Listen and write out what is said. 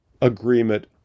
agreement